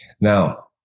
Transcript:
now